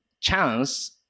chance